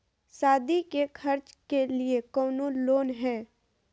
सादी के खर्चा के लिए कौनो लोन है?